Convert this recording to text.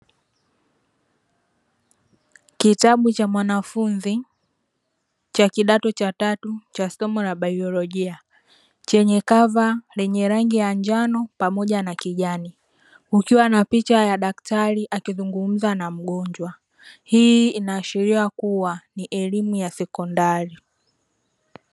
Kitabu cha mwanafunzi cha kidato cha tatu cha somo la baiolojia, chenye kava la rangi ya njano pamoja na kijani, kukiwa na picha ya daktari akizungumza na magonjwa. Hii inaashiria kuwa ni elimu ya sekondari.